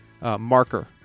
marker